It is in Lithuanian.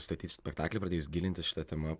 statyt spektaklį pradėjus gilintis šita tema